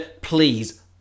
Please